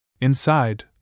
Inside